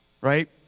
right